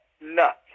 nuts